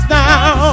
now